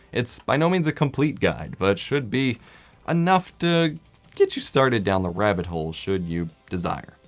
it's by no means a complete guide, but should be enough to get you started down the rabbit hole, should you desire.